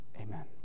Amen